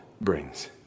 brings